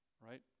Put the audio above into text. right